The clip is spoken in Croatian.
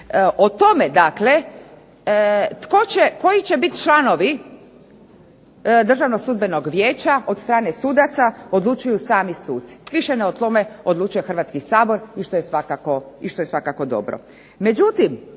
O tome dakle koji će biti članovi Državnog sudbenog vijeća od strane sudaca odlučuju sami suci. Više o tome ne odlučuje Hrvatski sabor što je svakako dobro.